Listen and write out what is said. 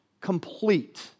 complete